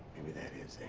maybe that is